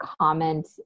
comment